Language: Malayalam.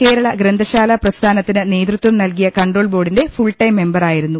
കേരള ഗ്രന്ഥശാലാ പ്രസ്ഥാനത്തിന് നേതൃത്വം നൽകിയ കൺട്രോൾ ബോർഡിന്റെ ഫുൾടൈം മെമ്പറായി രുന്നു